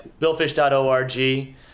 Billfish.org